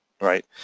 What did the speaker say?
Right